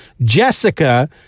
jessica